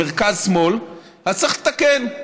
מרכז-שמאל, אז צריך לתקן.